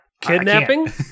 Kidnapping